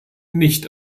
nicht